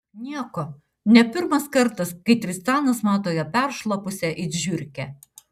nieko ne pirmas kartas kai tristanas mato ją peršlapusią it žiurkę